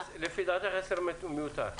אז לדעתך 10 מיותר.